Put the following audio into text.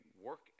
work